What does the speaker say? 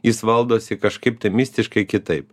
jis valdosi kažkaip tai mistiškai kitaip